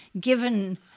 given –